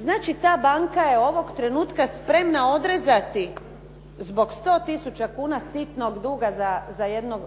Znači ta banka je ovog trenutka spremna odrezati zbog 100 tisuća kuna sitnog duga za